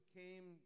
came